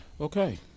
Okay